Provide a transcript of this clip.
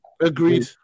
Agreed